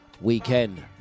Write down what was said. weekend